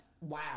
Wow